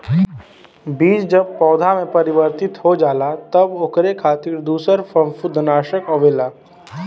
बीज जब पौधा में परिवर्तित हो जाला तब ओकरे खातिर दूसर फंफूदनाशक आवेला